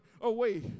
away